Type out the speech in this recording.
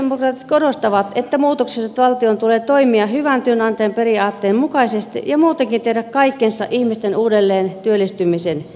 sosialidemokraatit korostavat että muutoksessa valtion tulee toimia hyvän työnantajan periaatteen mukaisesti ja muutenkin tehdä kaikkensa ihmisten uudelleentyöllistymisen eteen